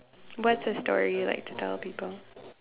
what's the story like to tell people